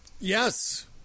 Yes